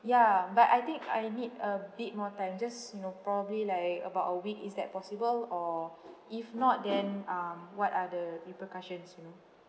ya but I think I need a bit more time just you know probably like about a week is that possible or if not then um what are the repercussions you know